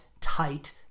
tight